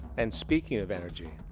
and speaking of energy,